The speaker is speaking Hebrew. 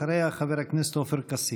אחריה, חבר הכנסת עופר כסיף.